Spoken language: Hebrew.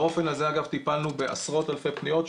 באופן הזה אגב טיפלנו גם בעשרות אלפי פניות,